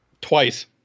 twice